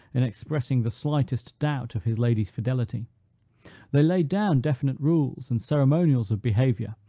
in expressing the slightest doubt of his lady's fidelity they laid down definite rules, and ceremonials of behavior,